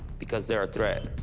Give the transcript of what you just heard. because they're a threat.